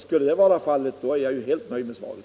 Skulle så vara fallet, är jag helt nöjd med svaret.